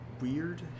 weird